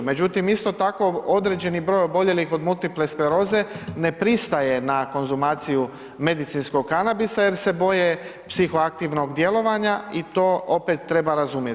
Međutim, isto tako određeni broj oboljelih od multiple skleroze ne pristaje na konzumaciju medicinskog kanabisa jer se boje psihoaktivnog djelovanja i to opet treba razumijet.